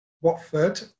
Watford